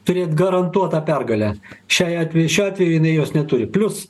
turėti garantuotą pergalę šiai atveju šiuo atveju jinai jos neturiplius